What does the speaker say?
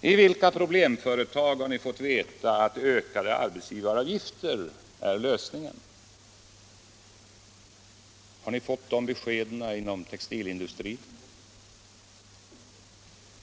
I vilka problemföretag har ni fått veta att ökade arbetsgivaravgifter är lösningen? Har ni fått det beskedet inom textilindustrin